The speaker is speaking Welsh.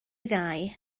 ddau